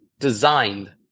Designed